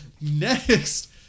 next